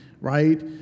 right